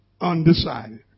undecided